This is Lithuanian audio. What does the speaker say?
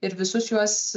ir visus juos